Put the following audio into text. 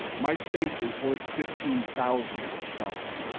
my space is worth fifteen thousand dollars.